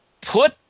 put